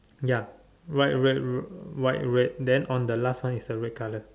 ya white red white red then on the last one is a red colour